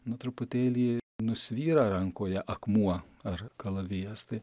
nu truputėlį nusvyra rankoj akmuo ar kalavijas tai